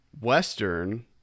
western